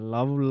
Love